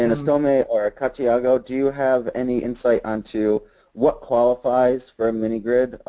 and estomih or katyega, do you have any insight into what qualifies for a mini grid,